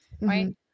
right